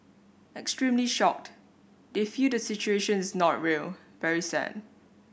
extremely shocked they feel the situation is not real very sad